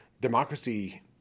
democracy